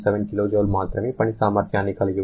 7 kJ మాత్రమే పని సామర్థ్యాన్ని కలిగి ఉంటుంది